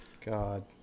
god